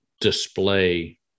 display